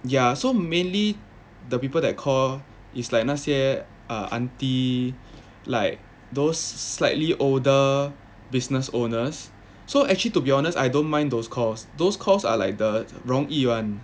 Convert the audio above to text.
ya so mainly the people that call is like 那些 err aunty like those slightly older business owners so actually to be honest I don't mind those calls those calls are like the 容易 [one]